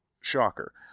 Shocker